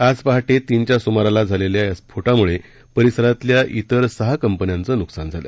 आज पहा तीनच्या सुमाराला झालेल्या या स्फो मुळे परिसरातल्या विर सहा कंपन्यांचं नुकसान झालं